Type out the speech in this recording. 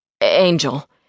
Angel